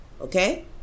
Okay